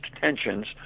tensions